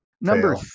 Number